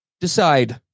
decide